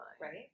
Right